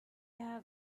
have